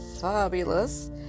fabulous